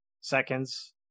seconds